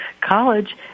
college